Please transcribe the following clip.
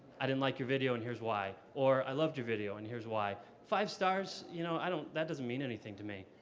i didn't like your video and here's why. or i loved your video and here's why. five stars, you know that doesn't mean anything to me.